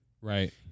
right